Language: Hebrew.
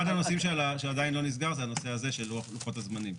הנושאים שעדיין לא נסגר זה הנושא הזה של לוחות הזמנים.